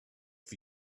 for